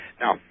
Now